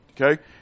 okay